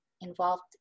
involved